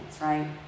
right